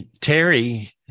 terry